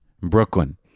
brooklyn